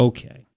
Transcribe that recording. Okay